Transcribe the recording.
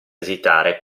esitare